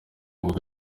nibwo